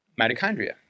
mitochondria